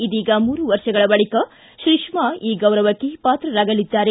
ಇದೀಗ ಮೂರು ವರ್ಷಗಳ ಬಳಿಕ ಶ್ರೀಷ್ಮಾ ಈ ಗೌರವಕ್ಕೆ ಪಾತ್ರರಾಗಲಿದ್ದಾರೆ